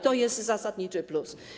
To jest zasadniczy plus.